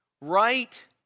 Right